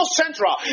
central